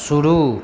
शुरू